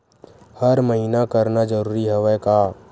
हर महीना करना जरूरी हवय का?